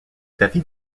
david